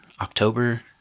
October